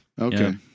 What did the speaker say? Okay